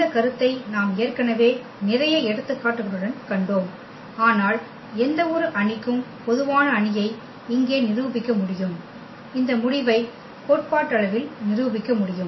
இந்த கருத்தை நாம் ஏற்கனவே நிறைய எடுத்துக்காட்டுகளுடன் கண்டோம் ஆனால் எந்தவொரு அணிக்கும் பொதுவான அணியை இங்கே நிரூபிக்க முடியும் இந்த முடிவை கோட்பாட்டளவில் நிரூபிக்க முடியும்